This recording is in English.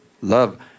love